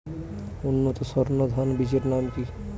উন্নত সর্ন ধান বীজের নাম কি?